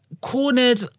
cornered